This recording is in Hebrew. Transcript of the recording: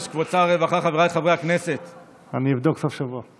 אני אבדוק בסוף השבוע.